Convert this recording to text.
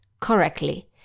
correctly